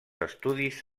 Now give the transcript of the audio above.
estudis